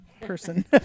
person